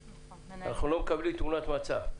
ואנחנו לא מקבלים תמונת מצב.